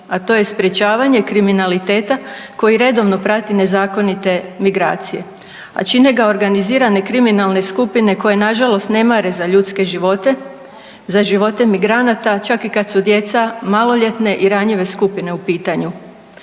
a to je sprječavanje kriminaliteta koji redovno prati nezakonite migracije, a čine ga organizirane kriminalne skupine koje nažalost ne mare za ljudske živote, za živote migranata čak i kad su djeca maloljetne i ranjive skupine u pitanju.